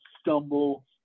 stumble